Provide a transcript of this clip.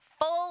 full